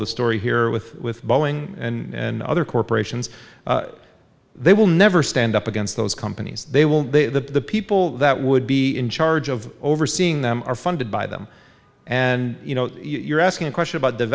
the story here with with boeing and other corporations they will never stand up against those companies they will the people that would be in charge of overseeing them are funded by them and you know you're asking a question about